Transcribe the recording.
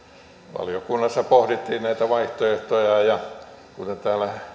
valiokunnassa pohdittiin näitä vaihtoehtoja ja kuten täällä